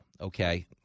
Okay